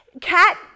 Cat